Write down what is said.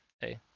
Hey